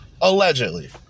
Allegedly